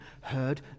heard